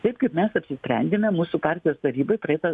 taip kaip mes apsisprendėme mūsų partijos tarybai praeitą